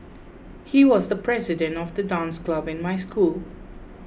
he was the president of the dance club in my school